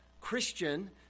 Christian